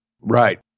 Right